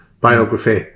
biography